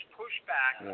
pushback